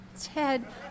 Ted